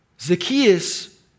Zacchaeus